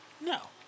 No